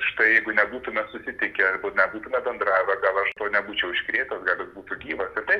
štai jeigu nebūtume susitikę arba nebūtume bendravę gal aš to nebūčiau užkrėtęs jis būtų gyvas ir tai